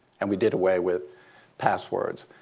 and we did away with passwords?